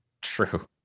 True